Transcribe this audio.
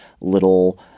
little